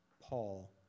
Paul